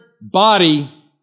body